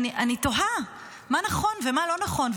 אני תוהה מה נכון ומה לא נכון.